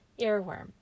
Earworm